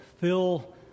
fill